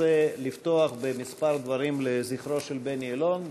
רוצה לפתוח בדברים לזכרו של בני אלון,